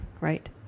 right